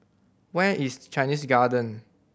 where is Chinese Garden